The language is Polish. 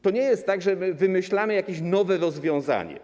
To nie jest tak, że wymyślamy jakieś nowe rozwiązanie.